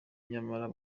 nyamara